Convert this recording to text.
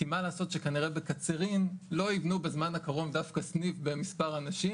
כי מה לעשות שכנראה בקצרין לא יבנו בזמן הקרוב דווקא סניף במספר האנשים,